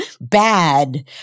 bad